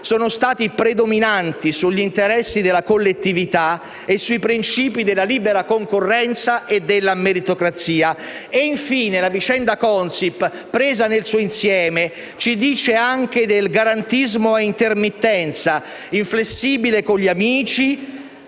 sono stati predominanti sugli interessi della collettività e sui principi della libera concorrenza e della meritocrazia. Infine, la vicenda Consip, presa nel suo insieme, ci dice del garantismo a intermittenza, inflessibile con gli amici